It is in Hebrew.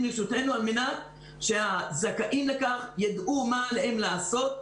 לרשותנו על-מנת שהזכאים לכך ידעו מה עליהם לעשות.